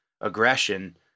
aggression